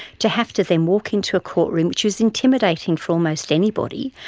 to have to then walk into a courtroom, which is intimidating for almost anybody,